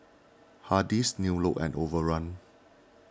Hardy's New Look and Overrun